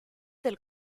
del